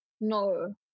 No